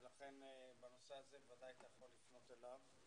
ולכן בנושא הזה ודאי אתה יכול לפנות אליו.